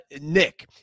Nick